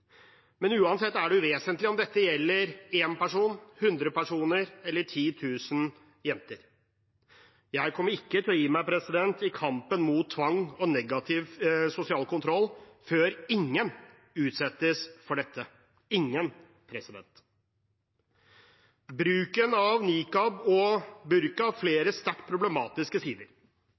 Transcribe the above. Uansett er det uvesentlig om dette gjelder én person, 100 personer eller 10 000 jenter. Jeg kommer ikke til å gi meg i kampen mot tvang og negativ sosial kontroll før ingen utsettes for dette – ingen. Bruken av nikab og burka har flere sterkt problematiske sider.